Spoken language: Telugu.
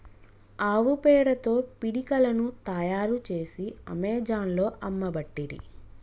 ఆవు పేడతో పిడికలను తాయారు చేసి అమెజాన్లో అమ్మబట్టిరి